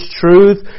truth